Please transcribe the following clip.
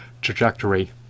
trajectory